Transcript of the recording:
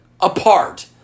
apart